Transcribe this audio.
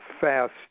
fast